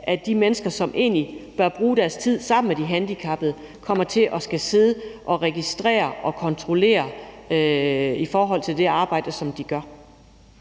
at de mennesker, som egentlig bør bruge deres tid sammen med de handicappede, skal sidde og registrere og kontrollere i forhold til det arbejde, de udfører.